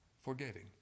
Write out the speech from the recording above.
forgetting